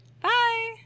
Bye